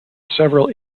several